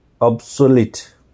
obsolete